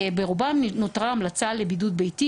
צו בריאות העם הנוכחי בנושא זה עמד בתוקפו עד ליום 23 ביולי 2022,